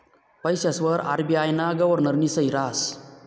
पैसासवर आर.बी.आय ना गव्हर्नरनी सही रहास